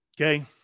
okay